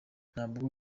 ntabwo